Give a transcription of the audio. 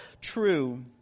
true